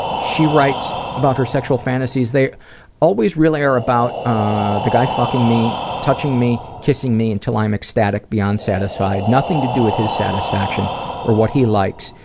she writes, writes, about her sexual fantasies they always really are about ah the guy fucking me, touching me, kissing me until i am ecstatic beyond satisfied, nothing to do with his satisfaction or what he likes,